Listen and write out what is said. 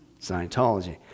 Scientology